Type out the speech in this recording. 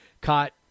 caught